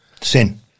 Sin